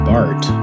Bart